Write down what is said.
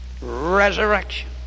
Resurrection